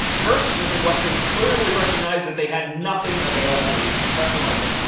first, smith and wesson clearly recognizes that they had nothing available in the suppressor market.